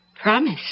Promise